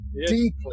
Deeply